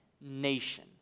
nation